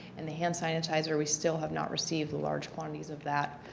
and hand sanitizer we still had not received large quantities of that.